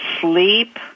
sleep